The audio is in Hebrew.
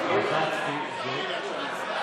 אני מודיע שחבר הכנסת אבידר נמצא ביציע,